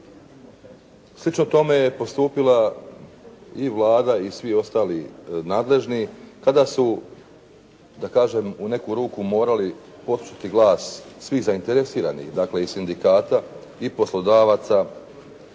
Slično tome je postupila i Vlada i svi ostali nadležni kada su da kažem u neku ruku morali poslušati glas svih zainteresiranih. Dakle, i sindikata i poslodavaca